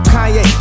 Kanye